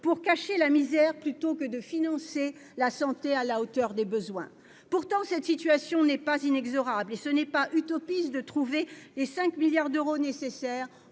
pour cacher la misère, plutôt que de financer la santé à la hauteur des besoins. Cette situation n'est pourtant pas inexorable, et il n'est pas utopiste de trouver les 5 milliards d'euros nécessaires